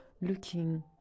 looking